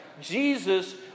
Jesus